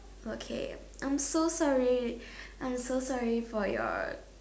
okay I'm so sorry I'm so sorry for your